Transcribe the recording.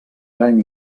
gran